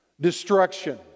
Destruction